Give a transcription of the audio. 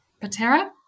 Patera